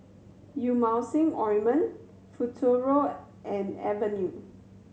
Emulsying Ointment Futuro and Avenue